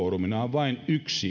vain yksi ulottuvuus se tekee